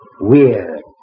weird